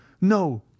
no